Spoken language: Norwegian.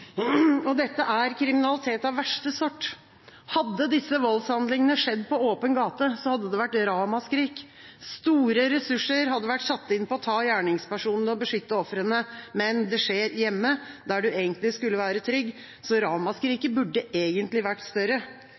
Dette er kriminalitet av verste sort. Hadde disse voldshandlingene skjedd på åpen gate, hadde det vært ramaskrik. Store ressurser hadde vært satt inn på å ta gjerningspersonene og på å beskytte ofrene. Men det skjer hjemme, der man egentlig skulle være trygg, så ramaskriket burde egentlig vært større.